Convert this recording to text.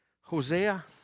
Hosea